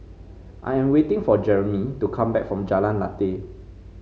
I am waiting for Jeremie to come back from Jalan Lateh